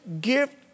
gift